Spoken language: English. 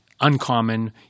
Uncommon